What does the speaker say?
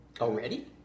Already